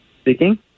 Speaking